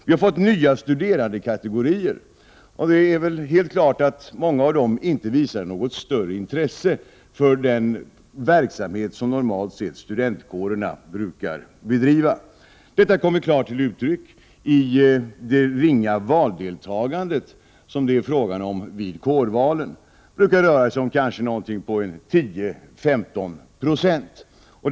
Vi har fått nya studerandekategorier, och många av dem visar inte något större intresse för den verksamhet som studentkårerna normalt brukar bedriva. Detta kommer klart till uttryck i det ringa valdeltagandet vid kårvalen. Det brukar röra sig om kanske 10-15 96.